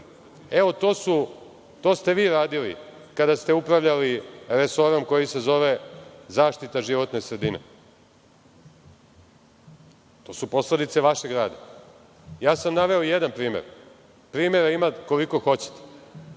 to ste vi radili kada ste upravljali resorom koji se zove zaštita životne sredine. To su posledice vašeg rada. Naveo sam jedan primer. Primera ima koliko hoćete,